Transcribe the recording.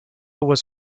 was